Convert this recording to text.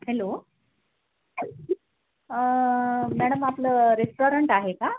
hello madam आपलं restaurant आहे का